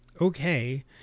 okay